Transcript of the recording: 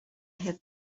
have